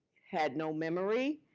had no memory.